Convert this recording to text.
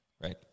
Right